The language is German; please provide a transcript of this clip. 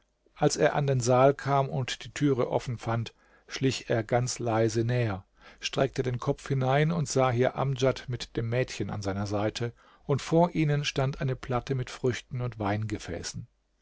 als er an den saal kam und die türe offen fand schlich er ganz leise näher streckte den kopf hinein und sah hier amdjad mit dem mädchen an seiner seite und vor ihnen stand eine platte mit früchten und